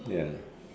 ya